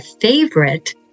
favorite